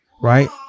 right